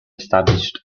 established